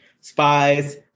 Spies